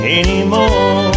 anymore